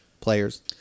players